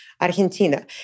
Argentina